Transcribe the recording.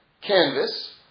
canvas